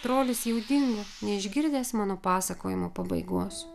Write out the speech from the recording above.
trolis jau dingo neišgirdęs mano pasakojimo pabaigos